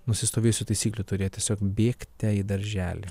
nusistovėjusių taisyklių turėti tiesiog bėgte į darželį